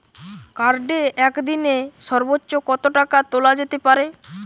কার্ডে একদিনে সর্বোচ্চ কত টাকা তোলা যেতে পারে?